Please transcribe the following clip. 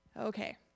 okay